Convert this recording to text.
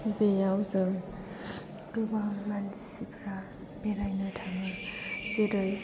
बेयाव जों गोबां मानसिफोरा बेरायनो थाङो जेरै